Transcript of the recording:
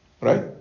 Right